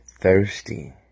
thirsty